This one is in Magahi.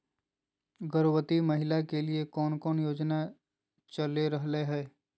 गर्भवती महिला के लिए कौन कौन योजना चलेगा रहले है?